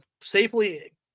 safely